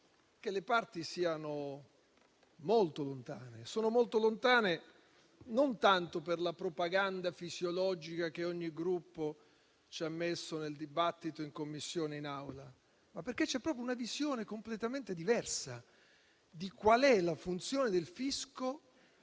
che le parti siano molto lontane, e non tanto per la propaganda fisiologica che ogni Gruppo ha messo nel dibattito in Commissione e in Aula, ma proprio perché c'è una visione completamente diversa di qual è la funzione del fisco